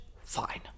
Fine